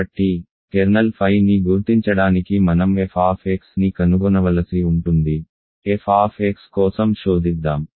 కాబట్టి kernel phi ని గుర్తించడానికి మనం f ని కనుగొనవలసి ఉంటుంది f కోసం శోధిద్దాం